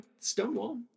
Stonewall